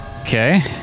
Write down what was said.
Okay